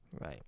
Right